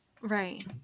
Right